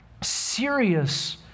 serious